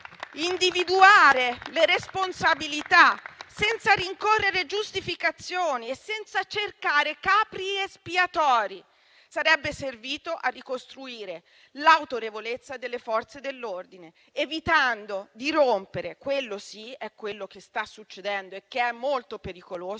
Individuare le responsabilità senza rincorrere giustificazioni e senza cercare capri espiatori sarebbe servito a ricostruire l'autorevolezza delle Forze dell'ordine, evitando di rompere - quello sì ed è quello che sta succedendo, che è molto pericoloso